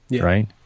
right